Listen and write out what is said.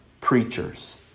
preachers